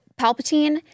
Palpatine